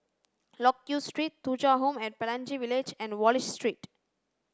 Loke Yew Street Thuja Home at Pelangi Village and Wallich Street